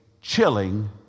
chilling